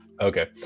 okay